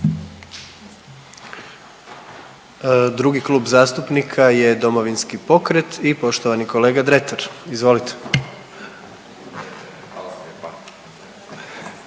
Drugi klub zastupnika je Domovinski pokret i poštovani kolega Dretar. Izvolite.